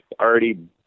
already